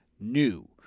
new